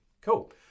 Cool